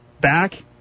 back